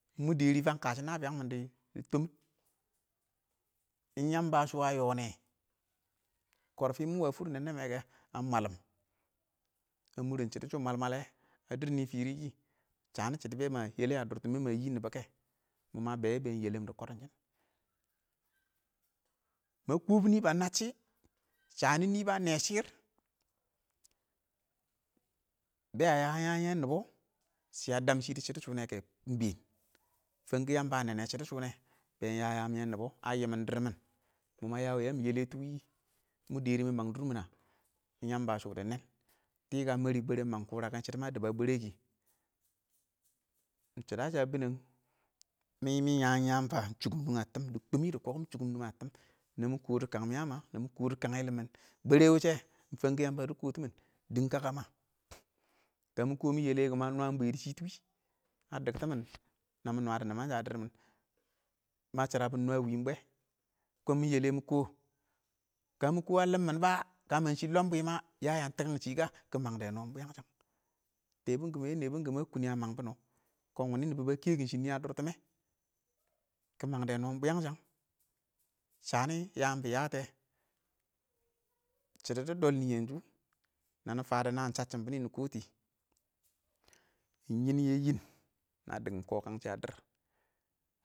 mu dɛrɪ fanɪɪng kəshɔ naan biyang mɪn dɪ tsm iɪng shʊ a yonɛ kɪɪnrf mɪn wa for nɛn nɛ mɪ a mwallim a mʊr shɪdɔ sho mwal mwala wɛ binɛ nɪ fɪrɪ kɪ shanɪ shɪdɔ be ma yɛle a dʊr tɪmmɪ be ma yɪ nɪbs kɛ ma be wɛ ben yɛlem dɪ kʊdɔm shɪn ma kɪɪnbu ba nabbʊ shɪ shanɪ nɪ ba nɛ shɪr be ya yaam yɛ nɪbs be a dem nɪbs dɪ shɪdɔ shʊnɛ kɛ iɪngbeen fanng kʊwɪɪn yamba a nɛn shʊdɔ shʊnɛ ben ya yaam yɛ nɪbs a lang dɪrr mɪn mʊ maya mɪ yɛletu wɪɪn iɪngmʊ dɛrɪ mɪ mang dʊr mɪn na iɪng yamba shʊ dɪ nɛn tikə mari bwrrr iɪng mang kɪ shɪda sha binrn mɪmɪ yan yaana fan iɪng chukʊm nungi a tɪm dɪ kʊmɪ dɪ kɪɪnkɪɪn iɪng chunmɪn nungi a tɪm namɪ kɪɪndu kəng mɪya ma namɪ kɪɪndu kəng yɪlin mɪn bwrre. wɪɪnshɪ fanng kʊwɪɪn yamba dɪ kɪɪntumɪn dɪng kəkə ma kəmɪ kɪɪn mɪ yɛle wɪɪn kʊ iɪng bwɛ dɪ shɪtu wɪɪn na dɪng tɪmɪn nanɪn nwa dɔ nɪnman a dɪrr mɪn ma shɪra bu iɪng nwa wɪɪnn bwɛ kɪɪnn mɪ yɛle mɪ kɪɪn kə mɪ kʊ a limmɪn ba kə shɪ lob bwɪm ma ya yang tikɪɪng shɪkə mang dɔ nɔ iɪng bwɪɪnyang shang teebron kɪmryɛ nɛe bʊn kɪmɪ a kʊn a mang bu nɔ kɔn wɪɪn nɪbs ba kɛkɪm shɪn nɪ a dʊr tɪmɪ kɪ mang dɔ nɔ iɪng bwɪɪnyang shang shanɪ yaam kɪ yate shɪdɔ dɪ dɪnɪ nanɪ fanɔ naan shasshɪna bɪnɪ nɪ kɪɪnti iɪngyɪn yɛ yɪn na dɪngim kʊkəng shɪ a dɪrr.